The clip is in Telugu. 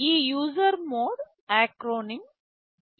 ఈ యూజర్ మోడ్ ఎక్రోనిం usr